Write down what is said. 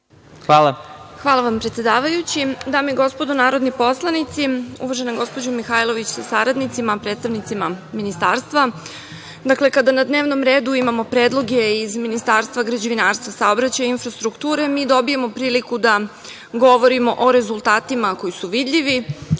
Hvala vam, predsedavajući. Dame i gospodo narodni poslanici, uvažena gospođo Mihajlović sa saradnicima, predstavnicima ministarstva, kada na dnevnom redu imamo predloge iz Ministarstva građevinarstva, saobraćaja i infrastrukture, mi dobijemo priliku da govorimo o rezultatima koji su vidljivi,